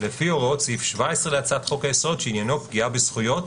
לפי הוראות סעיף 17 להצעת חוק-היסוד שעניינו "פגיעה בזכויות",